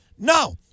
No